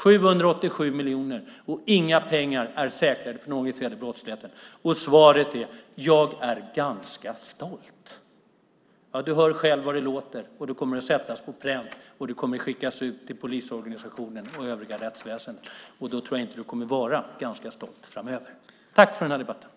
787 miljoner i underskott, och inga pengar är säkrade för den organiserade brottsligheten. Svaret är: Jag är ganska stolt. Du hör själv hur det låter, och det kommer att sättas på pränt och skickas ut till polisorganisationen och övriga rättsväsendet, och då tror jag inte att du kommer att vara "ganska stolt" framöver. Tack för den här debatten!